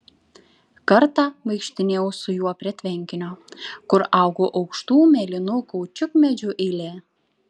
kartą vaikštinėjau su juo prie tvenkinio kur augo aukštų mėlynų kaučiukmedžių eilė